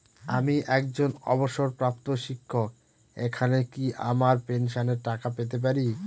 আমি একজন অবসরপ্রাপ্ত শিক্ষক এখানে কি আমার পেনশনের টাকা পেতে পারি?